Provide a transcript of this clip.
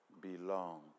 belong